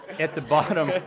at the bottom